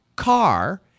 Car